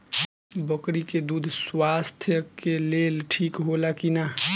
बकरी के दूध स्वास्थ्य के लेल ठीक होला कि ना?